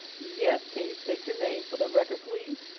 yes, can you state your name for the record, please?